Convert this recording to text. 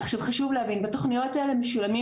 עכשיו חשוב להבין בתוכניות האלה משולמים,